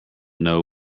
know